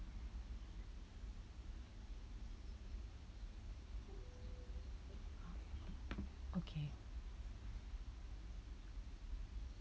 okay